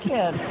Kid